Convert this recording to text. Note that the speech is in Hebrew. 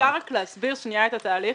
אפשר להסביר את התהליך?